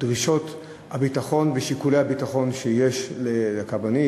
דרישות הביטחון ושיקולי הביטחון שיש לקבינט,